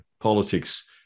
politics